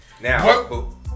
Now